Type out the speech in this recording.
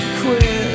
quit